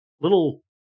little